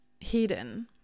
hidden